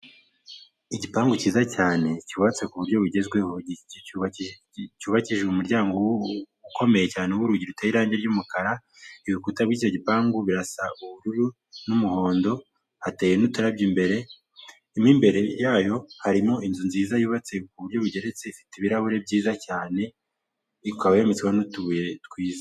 Igipangu cyiza cyane cyubatse ku buryo bugezweho, cyubakishije umuryango ukomeye cyane w'urugi ruteye irangi ry'umukara, ibikuta by'icyo gipangu birasa ubururu n'umuhondo, hateye n'uturabyo imbere, mo imbere yayo harimo inzu nziza yubatse ku buryo bugeretse, ifite ibirahuri byiza cyane, ikaba yometsweho n'utubuye twiza.